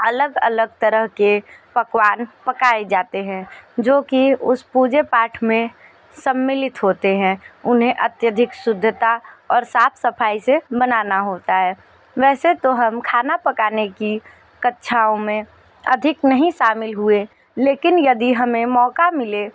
अलग अलग तरह के पकवान पकाए जाते हैं जो कि उस पूजा पाठ में सम्मिलित होते हैं उन्हें अत्यधिक शुद्धता और साफ सफाई से बनाना होता है वैसे तो हम खाना पकाने की कक्षाओं में अधिक नहीं शामिल हुए लेकिन यदि हमें मौका मिले